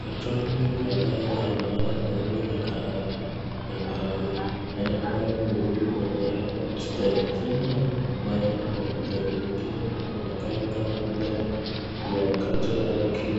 katoni kadhaa za mayai ,maua na kahawa zimepangwa kwa ustarabu kuzuri. Chini ya mayai kuna bidhaa zingine zinazoonekana kama bidhaa za mkate au keki.